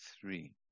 three